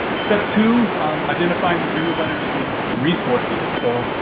step two identifying the renewable energy resources. so,